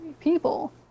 people